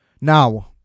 Now